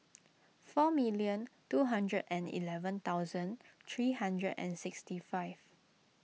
four million two hundred and eleven thousand three hundred and sixty five